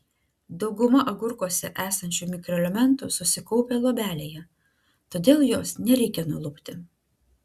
dauguma agurkuose esančių mikroelementų susikaupę luobelėje todėl jos nereikia nulupti